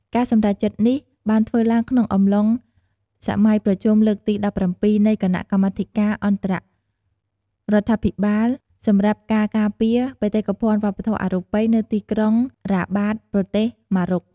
ការសម្រេចចិត្តនេះបានធ្វើឡើងក្នុងអំឡុងសម័យប្រជុំលើកទី១៧ នៃគណៈកម្មាធិការអន្តររដ្ឋាភិបាលសម្រាប់ការការពារបេតិកភណ្ឌវប្បធម៌អរូបី នៅទីក្រុងរ៉ាបាត ប្រទេសម៉ារ៉ុក។